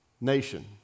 nation